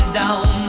down